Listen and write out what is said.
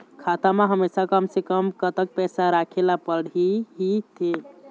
खाता मा हमेशा कम से कम कतक पैसा राखेला पड़ही थे?